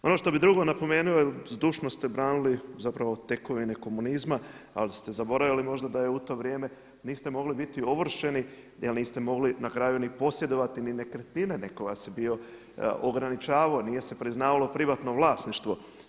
Ono što bih drugo napomenuo jer zdušno ste branili zapravo tekovine komunizma ali ste zaboravili možda da u to vrijeme niste mogli biti ovršeni jer niste mogli na kraju ni posjedovati ni nekretnine, netko vas je bio ograničavao, nije se priznavalo privatno vlasništvo.